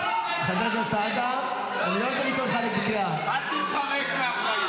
לא נמצאים --- אל תתחמק מאחריות.